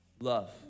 love